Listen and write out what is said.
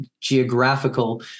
geographical